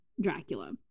Dracula